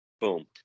Boom